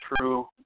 True